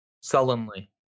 Sullenly